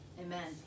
amen